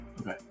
Okay